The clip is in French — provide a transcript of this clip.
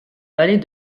vallée